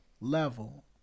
level